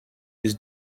his